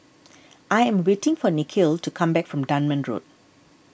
I am waiting for Nikhil to come back from Dunman Road